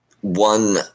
one –